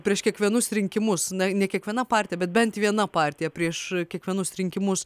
prieš kiekvienus rinkimus na ne kiekviena partija bet bent viena partija prieš kiekvienus rinkimus